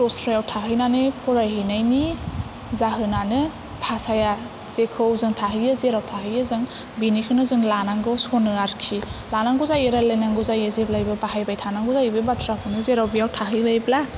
दस्रायाव थाहैनानै फरायहैनायनि जाहोनानो भाषाया जेखौ जों थाहैयो जेराव थाहैयो जों बेनिखौनो जों लानांगौ सनो आरोखि लानांगौ जायो रायलायनांगौ जायो जेब्लाबो बाहायबाय थानांगौ जायो बे बाथ्राखौ जेराव बेयाव थाहैबायब्ला